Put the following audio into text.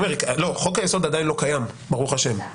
חוק-היסוד עדיין לא קיים, ברוך השם.